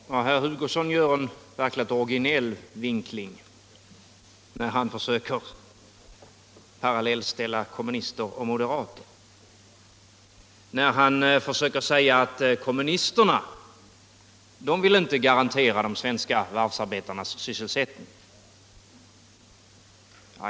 Herr talman! Herr Hugosson gör en verkligt originell vinkling när han försöker parallellställa kommunister och moderater och när han försöker säga att kommunisterna inte vill garantera de svenska varvsarbetarnas sysselsättning.